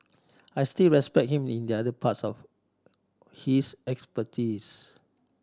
I still respect him in the other parts of his expertise